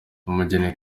umugeni